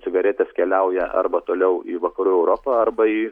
cigaretės keliauja arba toliau į vakarų europą arba į